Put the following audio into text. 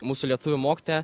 mūsų lietuvių mokytoja